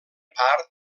part